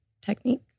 technique